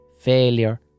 failure